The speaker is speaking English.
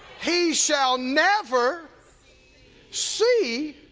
he, shall never see